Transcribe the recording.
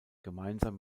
gemeinsam